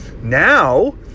now